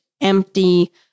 empty